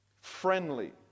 friendly